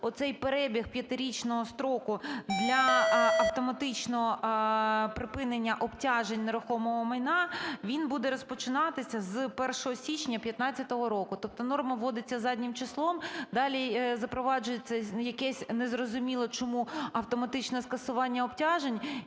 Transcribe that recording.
оцей перебіг 5-річного строку для автоматичного припинення обтяжень нерухомого майна, він буде розпочинатися з 1 січня 15-го року. Тобто норма вводиться заднім числом, далі запроваджується якесь, незрозуміло чому, автоматичне скасування обтяжень,